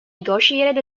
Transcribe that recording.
negotiated